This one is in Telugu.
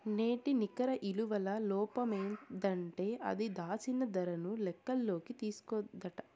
నేటి నికర ఇలువల లోపమేందంటే అది, దాచిన దరను లెక్కల్లోకి తీస్కోదట